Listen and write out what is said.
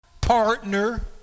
partner